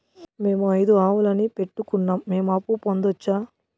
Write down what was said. మేము ఐదు ఆవులని పెట్టుకున్నాం, మేము అప్పు పొందొచ్చా